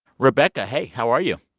rebecca, hey. how are you?